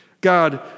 God